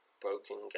Broken